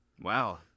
Wow